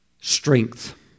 strength